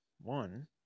One